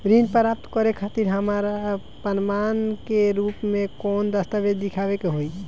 ऋण प्राप्त करे खातिर हमरा प्रमाण के रूप में कौन दस्तावेज़ दिखावे के होई?